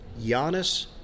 Giannis